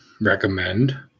recommend